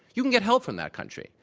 you can get help from that country.